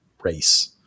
race